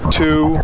two